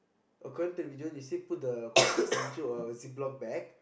according to the video they say put the cookies into a zip lock bag